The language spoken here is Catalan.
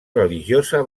religiosa